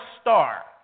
star